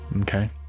okay